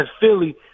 Philly